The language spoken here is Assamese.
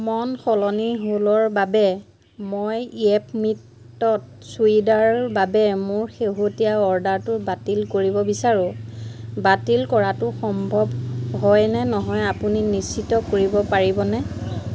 মন সলনি হ'লৰ বাবে মই য়েপমিত চুৰিদাৰ বাবে মোৰ শেহতীয়া অৰ্ডাৰটো বাতিল কৰিব বিচাৰোঁ বাতিল কৰাটো সম্ভৱ হয় নে নহয় আপুনি নিশ্চিত কৰিব পাৰিবনে